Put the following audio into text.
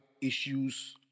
issues